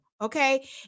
okay